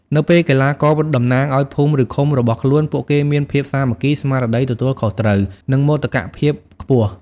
នៅពេលកីឡាករតំណាងឱ្យភូមិ ឬឃុំរបស់ខ្លួន ពួកគេមានភាពសាមគ្គី ស្មារតីទទួលខុសត្រូវ និងមោទកភាពខ្ពស់។